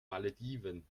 malediven